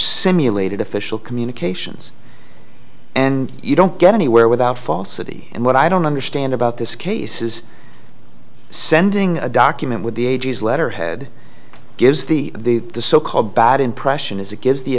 simulated official communications and you don't get anywhere without falsity and what i don't understand about this case is sending a document with the a g s letterhead gives the the so called bad impression as it gives the